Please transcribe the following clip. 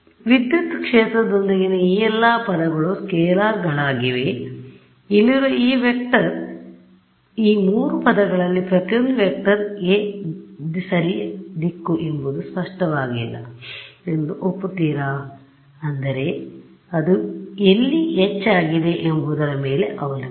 ಆದ್ದರಿಂದ ವಿದ್ಯುತ್ ಕ್ಷೇತ್ರ ದೊಂದಿಗಿನ ಈ ಎಲ್ಲಾ ಪದಗಳು ಸ್ಕೇಲರ್ಗಳಾಗಿವೆ ಆದ್ದರಿಂದ ಇಲ್ಲಿರುವ ಈ ವೆಕ್ಟರ್ ಈ 3 ಪದಗಳಲ್ಲಿ ಪ್ರತಿಯೊಂದೂ ವೆಕ್ಟರ್ ಸರಿಯಾದ ದಿಕ್ಕು ಎಂಬುದು ಸ್ಪಷ್ಟವಾಗಿಲ್ಲ ಎಂದು ಒಪ್ಪುತ್ತೀರಾ ಅಂದರೆ ಅದು ಎಲ್ಲಿ H ಆಗಿದೆ ಎಂಬುದರ ಮೇಲೆ ಅವಲಂಬಿತವಾಗಿರುತ್ತದೆ